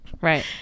Right